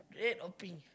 red or pink